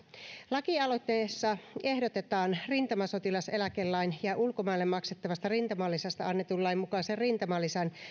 lakialoitteessa ehdotetaan rintamasotilaseläkelain ja ulkomaille maksettavasta rintamalisästä annetun lain mukaisen rintamalisän